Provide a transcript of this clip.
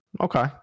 okay